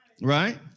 Right